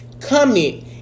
comment